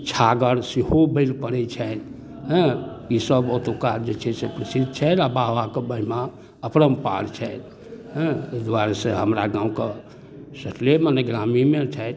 छागर सेहो बलि पड़ै छनि हँ ईसब ओतुका जे छै से प्रसिद्ध छनि आओर बाबाके महिमा अपरम्पार छनि हँ एहि दुआरेसँ हमरा गामके सटले मने गामेमे छथि